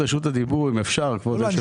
רשות הדיבור אם אפשר אדוני היושב-ראש לא לא,